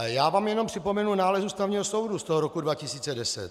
Já vám jenom připomenu nález Ústavního soudu z roku 2010.